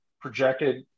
projected